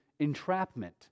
entrapment